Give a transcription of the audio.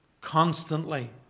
constantly